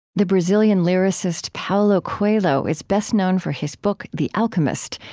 the brazilian lyricist paulo coelho is best known for his book the alchemist,